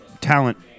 talent